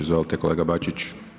Izvolite kolega Bačić.